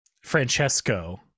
Francesco